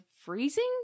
freezing